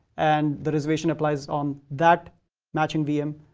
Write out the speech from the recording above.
and the reservation applies on that matching vm